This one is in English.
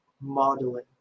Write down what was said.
modeling